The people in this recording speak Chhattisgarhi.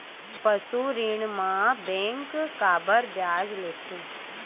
पशु ऋण म बैंक काबर ब्याज लेथे?